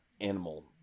animal